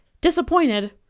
disappointed